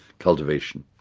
cultivation,